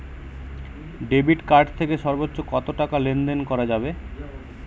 Debit card থেকে সর্বোচ্চ কত টাকা লেনদেন করা যাবে?